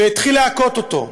והתחיל להכות אותו.